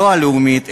לא הלאומית,